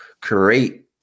create